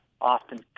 often